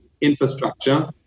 infrastructure